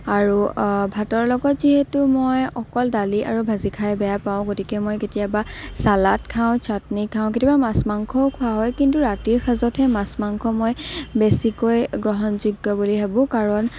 আৰু ভাতৰ লগত যিহেতু মই অকল দালি আৰু ভাজি খাই বেয়া পাওঁ গতিকে মই কেতিয়াবা ছালাড খাওঁ চাটনি খাওঁ কেতিয়াবা মাছ মাংসও খোৱা হয় কিন্তু ৰাতিৰ সাঁজতহে মাছ মাংস মই বেছিকৈ গ্ৰহণযোগ্য বুলি ভাবোঁ কাৰণ